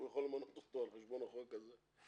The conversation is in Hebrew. הוא יכול למנות אותו על חשבון החוק הזה,